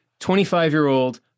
25-year-old